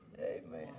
amen